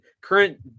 current